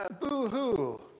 boo-hoo